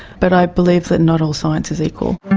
but i believe that not all science is equal.